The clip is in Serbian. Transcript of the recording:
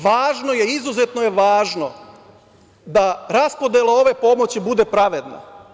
Važno je, izuzetno je važno da raspodela ove pomoći bude pravedna.